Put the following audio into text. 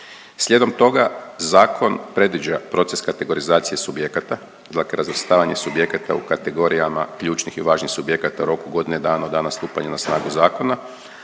Slijedom toga zakon predviđa proces kategorizacije subjekata, dakle razvrstavanje subjekata u kategorijama ključnih i važnih subjekata u roku godine dana od dana stupanja na snagu zakona,